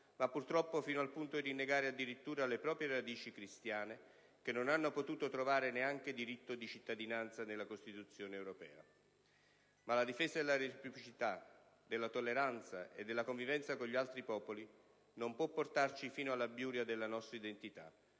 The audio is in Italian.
ma purtroppo fino al punto di rinnegare addirittura le proprie radici cristiane, che non hanno potuto trovare neanche diritto di cittadinanza nella Costituzione europea. Ma la difesa della reciprocità, della tolleranza e della convivenza con gli altri popoli non può portaci fino all'abiura della nostra identità,